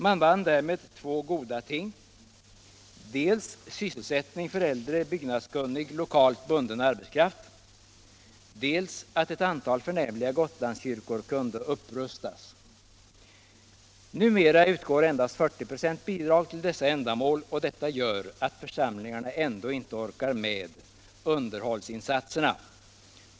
Man vann därmed två goda ting: dels att det skapades sysselsättning för äldre byggnadskunnig, lokalt bunden arbetskraft, dels att ett antal förnämliga Gotlandskyrkor kunde upprustas. Numera utgår endast bidrag med 40 96 till dessa ändamål, och detta gör att församlingarna inte orkar med underhållsinsatserna.